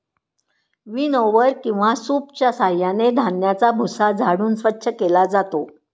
विनओवर किंवा सूपच्या साहाय्याने धान्याचा भुसा झाडून स्वच्छ केला जातो